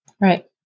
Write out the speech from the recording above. Right